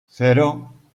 cero